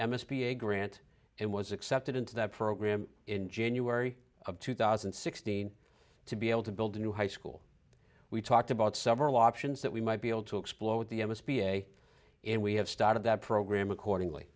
a grant and was accepted into that program in january of two thousand and sixteen to be able to build a new high school we talked about several options that we might be able to explode the m s b a and we have started that program accordingly